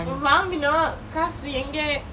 வாங்குனோம் காசு எங்கே:vaangunom kaasu enge